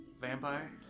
Vampire